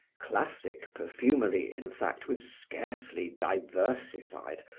classic perfumery, in fact, was scarcely diversified,